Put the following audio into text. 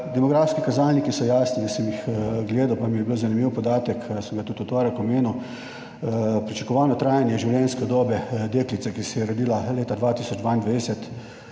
Demografski kazalniki so jasni, sem jih gledal, pa mi je bil zanimiv podatek, sem ga tudi v torek omenil, pričakovano trajanje življenjske dobe deklice, ki se je rodila leta 2022,